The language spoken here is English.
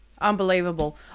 Unbelievable